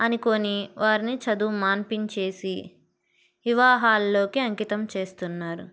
అనుకుని వారిని చదువు మాన్పించేసి వివాహాల్లోకి అంకితం చేస్తున్నారు